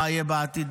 מה יהיה בעתיד?